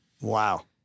Wow